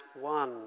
one